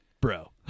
Bro